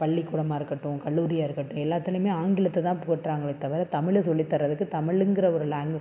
பள்ளிக்கூடமாக இருக்கட்டும் கல்லூரியாக இருக்கட்டும் எல்லாத்துலேயுமே ஆங்கிலத்தை தான் போற்றாங்களே தவிர தமிழை சொல்லித்தரதுக்கு தமிழுங்கிற ஒரு லாங்கு